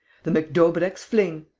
the mcdaubrecq's fling.